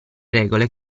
regole